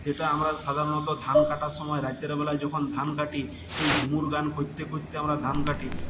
যেটা আমরা সাধারণত ধান কাটার সময় রাতেরবেলায় যখন ধান কাটি এই ঝুমুর গান করতে করতে আমরা ধান কাটি